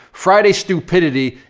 friday stupidity,